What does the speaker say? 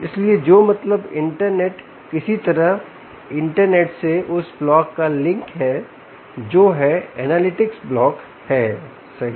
इसलिए जो मतलब इंटरनेट किसी तरह इंटरनेट से उस ब्लॉक का लिंक है जो है एनालिटिक्स ब्लॉक है सही